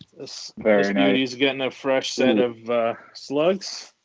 this beauty's gettin' a fresh set of slugs.